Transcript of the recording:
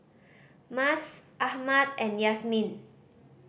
Mas Ahmad and Yasmin